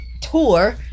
tour